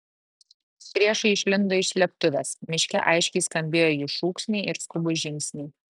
priešai išlindo iš slėptuvės miške aiškiai skambėjo jų šūksniai ir skubūs žingsniai